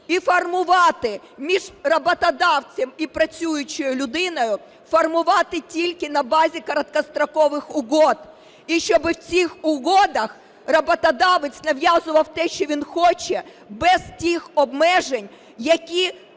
і формувати між роботодавцем і працюючою людиною, формувати тільки на базі короткострокових угод. І щоб у цих угодах роботодавець нав'язував те, що він хоче, без тих обмежень, які